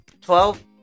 Twelve